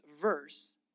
verse